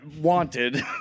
wanted